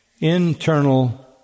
Internal